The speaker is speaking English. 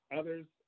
others